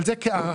אבל זה כהערכה.